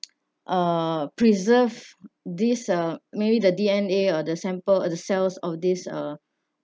uh preserve this uh maybe the D_N_A or the sample the cells or this uh